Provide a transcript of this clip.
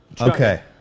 Okay